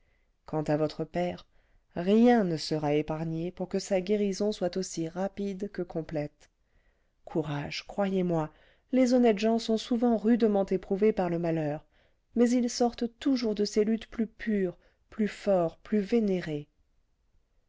quant à votre père rien ne sera épargné pour que sa guérison soit aussi rapide que complète courage croyez-moi les honnêtes gens sont souvent rudement éprouvés par le malheur mais ils sortent toujours de ces luttes plus purs plus forts plus vénérés